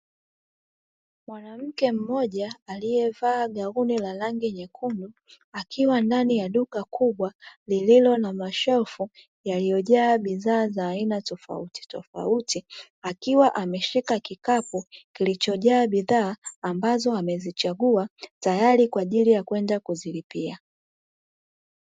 Mwanamke mmoja aliyevaa gauni la rangi nyekundu, akiwa ndani ya duka kubwa; lililo na mashelfu yaliyojaa bidhaa za aina tofautitofauti, akiwa ameshika kikapu kilichojaa bidhaa ambazo amezichagua, tayari kwa ajili ya kwenda kuzilipia.